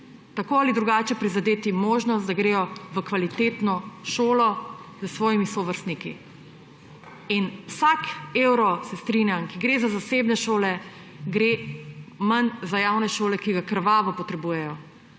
tako ali drugače prizadeti, možnost, da gredo v kvalitetno šolo s svojimi sovrstniki. Vsak evro, se strinjam, ki gre za zasebne šole, gre manj za javne šole, ki ga krvavo potrebujejo.